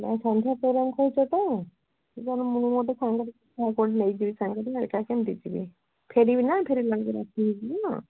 ନାଇଁ ସନ୍ଧ୍ୟା ପ୍ରୋଗ୍ରାମ୍ କହୁଛ ତ ତା'ହେଲେ ମୁଁ ଗୋଟେ ସାଙ୍ଗ ଦେଖି କାହାକୁ ଗୋଟେ ନେଇଯିବି ଏକା କେମିତି ଯିବି ଫେରିବି ନା ଫେରିଲା ବେଳକୁ ରାତି ହେଇଯିବ